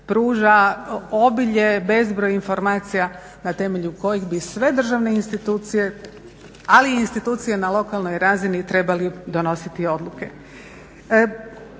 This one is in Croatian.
pruža obilje, bezbroj informacija na temelju kojih bi sve državne institucije ali i institucije na lokalnoj razini trebali donositi odluke.